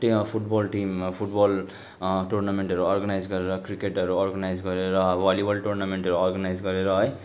team football team football टुर्नामेन्टहरू organise गरेर क्रिकेटहरू अर्गानाइज गरेर भलिबल टुर्नामेन्टहरू अर्गानाइज गरेर है